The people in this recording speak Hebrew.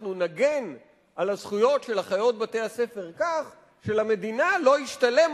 אנחנו נגן על הזכויות של אחיות בתי-הספר כך שלמדינה לא ישתלם